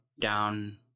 down